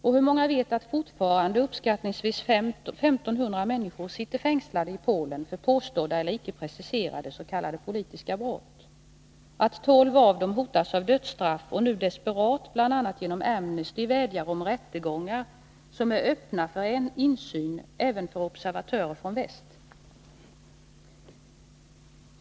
Och hur många vet att fortfarande uppskattningsvis 1 500 människor sitter fängslade i Polen för påstådda eller icke preciserade s.k. politiska brott och att tolv av dem hotas av dödsstraff och nu desperat, bl.a. genom Amnesty, vädjar om rättegångar som är öppna för insyn även för observatörer från väst?